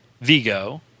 Vigo